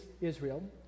Israel